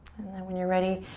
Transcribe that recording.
and then when you're ready,